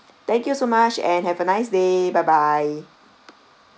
thank you so much and have a nice day bye bye